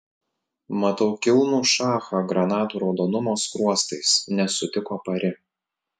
matau kilnų šachą granatų raudonumo skruostais nesutiko pari